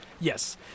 Yes